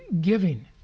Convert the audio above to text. giving